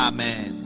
Amen